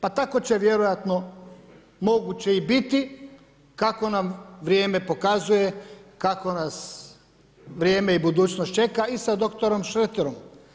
Pa tako će vjerojatno moguće i biti kako nam vrijeme pokazuje, kakvo nas vrijeme i budućnost čeka i sa dr. Šreterom.